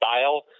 style